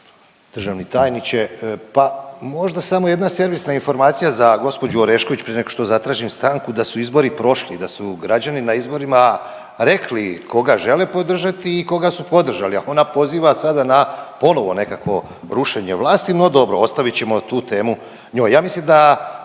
državni tajniče. Pa možda samo jedna servisna informacija za gospođu Orešković prije nego što zatražim stanku da su izbori prošli, da su građani na izborima rekli koga žele podržati i koga su podržali, a ona poziva sada na ponovo nekakvo rušenje vlasti. No dobo, ostavit ćemo tu temu njoj.